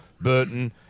Burton